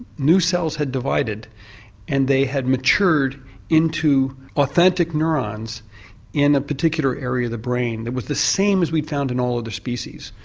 new cells had divided and they had matured into authentic neurons in a particular area of the brain that was the same as we found in all of the species.